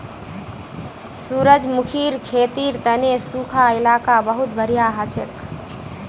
सूरजमुखीर खेतीर तने सुखा इलाका बहुत बढ़िया हछेक